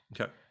okay